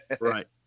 right